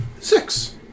Six